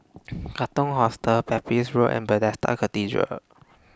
Katong Hostel Pepys Road and Bethesda Cathedral